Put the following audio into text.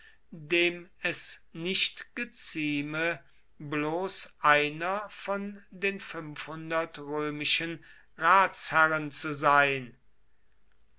dem es nicht gezieme bloß einer von den fünfhundert römischen ratsherren zu sein